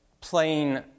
playing